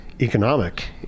economic